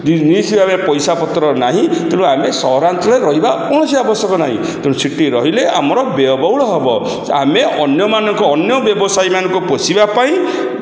ନିଶ୍ଚିତ ଭାବେ ପଇସା ପତ୍ର ନାହିଁ ତେଣୁ ଆମେ ସହରାଞ୍ଚଳରେ ରହିବା କୌଣସି ଆବଶ୍ୟକ ନାହିଁ ତେଣୁ ସେଠି ରହିଲେ ଆମର ବ୍ୟୟବହୁଳ ହେବ ଆମେ ଅନ୍ୟମାନଙ୍କୁ ଅନ୍ୟ ବ୍ୟବସାୟୀମାନଙ୍କୁ ପୋଷିବା ପାଇଁ